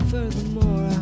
Furthermore